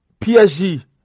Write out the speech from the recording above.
PSG